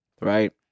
Right